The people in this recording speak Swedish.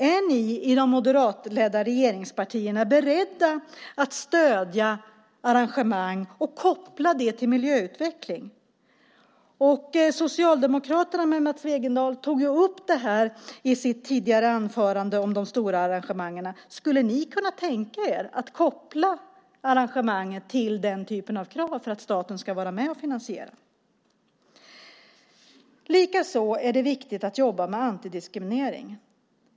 Är ni i de moderatledda regeringspartierna beredda att stödja arrangemang och koppla det till miljöutveckling? Socialdemokraterna med Lars Wegendal tog ju upp de stora arrangemangen i sitt tidigare anförande. Skulle ni kunna tänka er att koppla arrangemang till den typen av krav för att staten ska vara med och finansiera? Likaså är det viktigt att jobba med antidiskriminering.